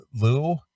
Lou